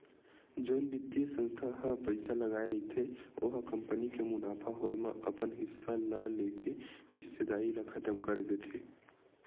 जउन बित्तीय संस्था ह पइसा लगाय रहिथे ओ ह कंपनी के मुनाफा होए म अपन हिस्सा ल लेके हिस्सेदारी ल खतम कर देथे